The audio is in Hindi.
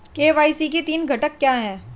के.वाई.सी के तीन घटक क्या हैं?